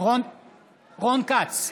רון כץ,